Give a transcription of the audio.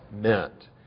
meant